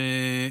אבל השר,